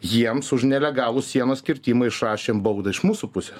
jiems už nelegalų sienos kirtimą išrašėm baudą iš mūsų pusės